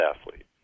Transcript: athlete